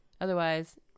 otherwise